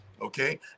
okay